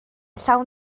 llawn